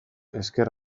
ezker